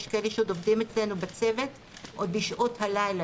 יש כאלה שעוד עובדים אצלנו בצוות עוד בשעות הלילה,